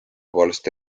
poolest